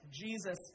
Jesus